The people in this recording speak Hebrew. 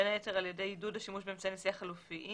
בין היתר על ידי עידוד השימוש באמצעי נשיאה חלופיים,